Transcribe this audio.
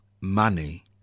money